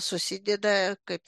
susideda kaip